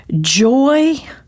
joy